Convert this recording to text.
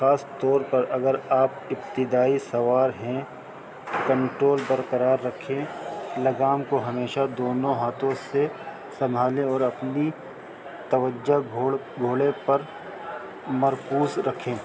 خاص طور پر اگر آپ ابتدائی سوار ہیں کنٹرول برقرار رکھیں لغام کو ہمیشہ دونوں ہاتھوں سے سنبھالیں اور اپنی توجہ گھڑ گھوڑے پر مرکوز رکھیں